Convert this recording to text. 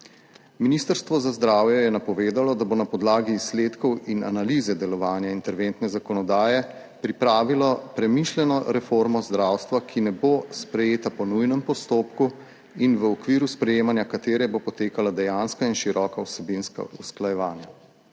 Ministrstvo za zdravje je napovedalo, da bo na podlagi izsledkov in analize delovanja interventne zakonodaje pripravilo premišljeno reformo zdravstva, ki ne bo sprejeta po nujnem postopku in v okviru sprejemanja katere bo potekala dejanska in široka vsebinska usklajevanja.